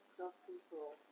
self-control